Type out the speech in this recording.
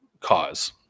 cause